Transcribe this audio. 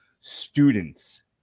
students